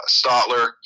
Stotler